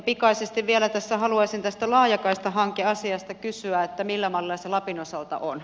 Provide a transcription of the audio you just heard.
pikaisesti vielä tässä haluaisin tästä laajakaistahankeasiasta kysyä millä mallilla se lapin osalta on